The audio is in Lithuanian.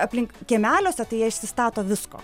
aplink kiemeliuose tai jie išsistato visko